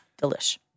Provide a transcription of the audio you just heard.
Delish